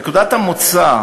נקודת המוצא